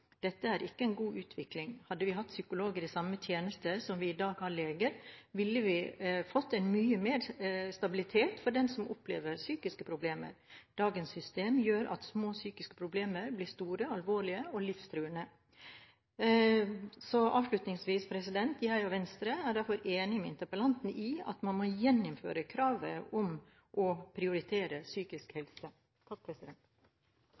Dette er ikke en god utvikling. Hadde vi hatt psykologer i samme tjeneste som vi i dag har leger, ville vi fått mye mer stabilitet for dem som opplever psykiske problemer. Dagens system gjør at små psykiske problemer blir store, alvorlige og livstruende. Avslutningsvis: Jeg og Venstre er derfor enig med interpellanten i at man må gjeninnføre kravet om å prioritere psykisk